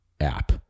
app